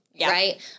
Right